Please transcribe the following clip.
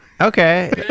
Okay